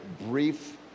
brief